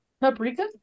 paprika